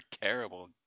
terrible